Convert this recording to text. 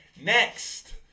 Next